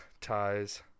ties